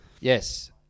Yes